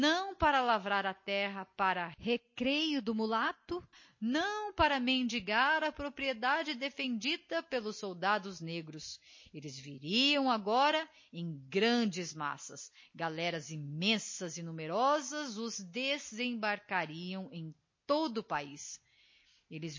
para lavrar a terra para recreio do mulato não para miendigar a propriedade defendida pelos soldados negros elles viriam agora em grandes massas galeras immensas e numerosas os desembarcariam em todo o paiz